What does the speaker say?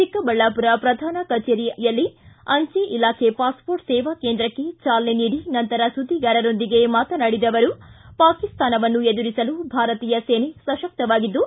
ಚಿಕ್ಕಬಳ್ಳಾಪುರ ಪ್ರಧಾನ ಅಂಚೆ ಕಚೇರಿಯಲ್ಲಿ ಅಂಚೆ ಇಲಾಬೆ ಪಾಸ್ ಮೋರ್ಟ್ಸೇವಾ ಕೇಂದ್ರಕ್ಕೆ ಚಾಲನೆ ನೀಡಿ ನಂತರ ಸುದ್ದಿಗಾರರೊಂದಿಗೆ ಮಾತನಾಡಿದ ಅವರು ಪಾಕಿಸ್ತಾನವನ್ನು ಎದುರಿಸಲು ಭಾರತೀಯ ಸೇನೆ ಸಶಕ್ತವಾಗಿದ್ದು